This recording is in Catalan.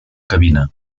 cabina